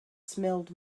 smelled